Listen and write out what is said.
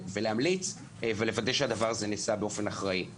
להמליץ ולוודא שהדבר הזה נעשה באופן אחראי.